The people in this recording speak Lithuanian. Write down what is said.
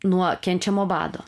nuo kenčiamo bado